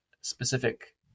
specific